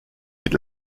mit